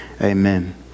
Amen